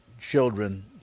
children